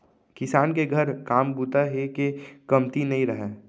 किसान के घर काम बूता हे के कमती नइ रहय